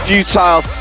Futile